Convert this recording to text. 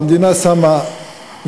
המדינה שמה יד,